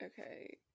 Okay